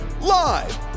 Live